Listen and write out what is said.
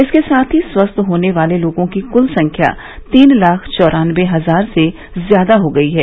इसके साथ ही स्वस्थ होने वाले लोगों की कुल संख्या तीन लाख चौरानबे हजार से ज्यादा हो गई है